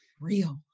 real